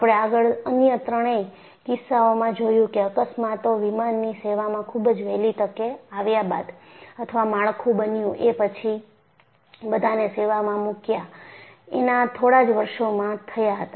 આપણે આગળ અન્ય ત્રણેય કિસ્સામાં જોયું કે અકસ્માતો વિમાનની સેવામાં ખૂબ જ વહેલી તકે આવ્યા બાદ અથવા માળખું બન્યુ એ પછી બધાને સેવામાં મૂક્યા એના થોડા જ વર્ષોમાં થયા હતા